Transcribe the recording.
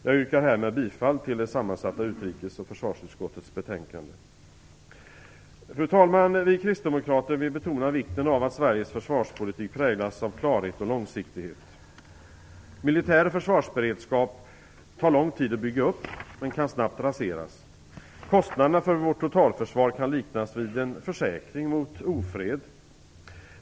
Jag yrkar bifall till hemställan i det sammansatta utrikes och försvarsutskottets betänkande. Fru talman! Vi kristdemokrater vill betona vikten av att Sveriges försvarspolitik präglas av klarhet och långsiktighet. Militär försvarsberedskap tar lång tid att bygga upp men kan snabbt raseras. Kostnaderna för vårt totalförsvar kan liknas vid en försäkring mot ofred.